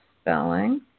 spelling